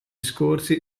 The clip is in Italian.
scorsi